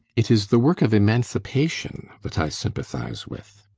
it is the work of emancipation that i sympathise with.